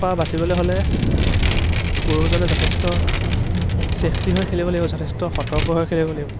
পৰা বাচিবলৈ হ'লে পুৰুষজনে যথেষ্ট চেফটি হৈ খেলিব লাগিব যথেষ্ট সতৰ্ক হৈ খেলিব লাগিব